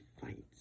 fights